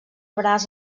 braç